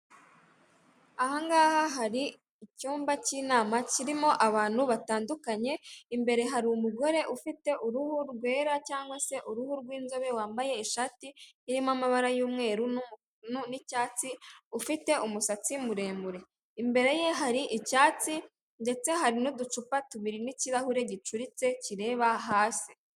Ahangaha hari icyumba cy'inama kirimo abantu batandukanye imbere hari umugore ufite uruhu rwera cyangwa se uruhu rw'inzobe wambaye ishati irimo amabara y'umweru n'umu n'icyatsi ufite umusatsi muremure imbere ye hari icyatsi ndetse hari n'uducupa tubiri nkirahure gicuritse kireba hasi.